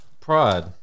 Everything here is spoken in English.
pride